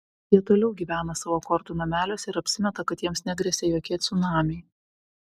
jie toliau gyvena savo kortų nameliuose ir apsimeta kad jiems negresia jokie cunamiai